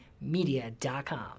media.com